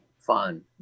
fun